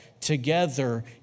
together